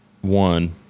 One